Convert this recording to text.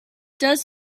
does